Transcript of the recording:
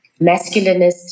masculinist